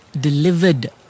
delivered